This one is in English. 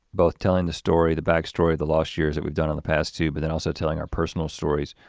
both telling the story, the backstory of the lost years that we've done in the past too, but then also telling our personal stories.